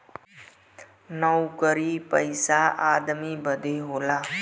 नउकरी पइसा आदमी बदे होला